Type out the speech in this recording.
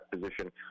position